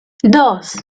dos